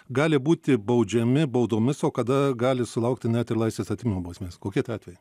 gali būti baudžiami baudomis o kada gali sulaukti net ir laisvės atėmimo bausmės kokie tai atvejai